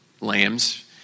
lambs